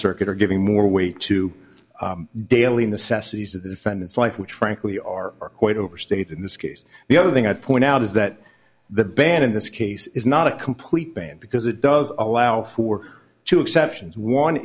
circuit or giving more weight to dalian the ceci of the defendants life which frankly are quite overstate in this case the other thing i'd point out is that the ban in this case is not a complete ban because it does allow for two exceptions one